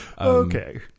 Okay